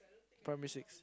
primary six